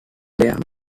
dare